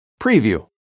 Preview